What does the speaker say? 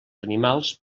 animals